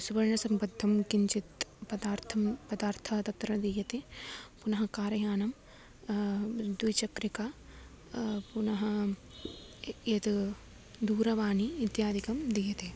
सुवर्णसम्बद्धं किञ्चित् पदार्थः पदार्थः तत्र दीयते पुनः कारयानं द्विचक्रिका पुनः य यद् दूरवाणी इत्यादिकं दीयते